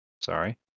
Sorry